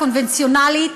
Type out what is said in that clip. קונבנציונלית,